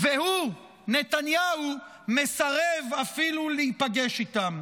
והוא, נתניהו, מסרב אפילו להיפגש איתם.